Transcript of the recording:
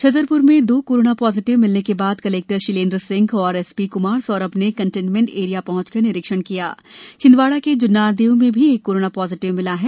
छतरप्र में दो corona positive मिलने के बाद कलेक्टर शीलेन्द्र सिंह और एसपी क्मार सौरभ ने कंटेन्मेंट एरिया पहचकर निरीक्षण किया छिन्दवाड़ा के ज्न्नारदेव में भी एक कोरोना पाजिटिव मिला है